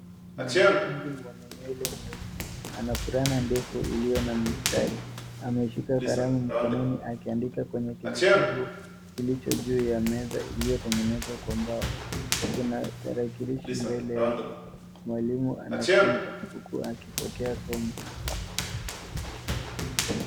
Mwanafunzi mwenye nywele nyeusi ana fulana ndefu iliyo na mistari. Ameshika kalamu mkononi akiandika kwenye kijitabu kilicho juu ya meza iliyotengenezwa kwa mbao. Kuna tarakilishi mbele yake. Mwalimu anafunza huku akipokea somo.